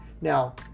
Now